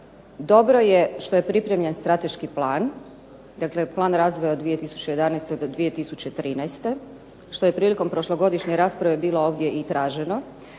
Dobro je što je pripremljen strateški plan, dakle plan razvoja u 2011. do 2013., što je prilikom prošlogodišnje rasprave bilo ovdje i traženo,